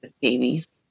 Babies